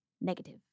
Negative